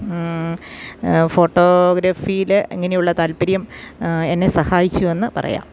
ഫോട്ടോഗ്രഫീയിൽ ഇങ്ങനെയുള്ള താല്പര്യം എന്നെ സഹായിച്ചു എന്ന് പറയാം